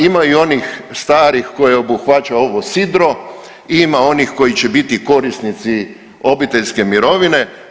Ima i onih starih koje obuhvaća ovo sidro, ima onih koji će biti korisnici obiteljske mirovine.